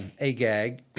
Agag